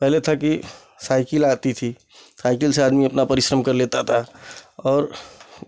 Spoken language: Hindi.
पहले था कि साइकल आती थी साइकल से आदमी उतना परिश्रम कर लेता था और